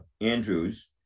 Andrews